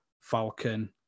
Falcon